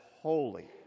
holy